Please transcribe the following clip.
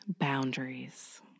boundaries